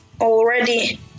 already